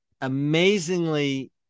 amazingly